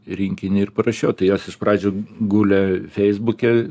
rinkinį ir parašiau jos iš pradžių gulė feisbuke